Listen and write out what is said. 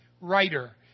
writer